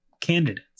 candidates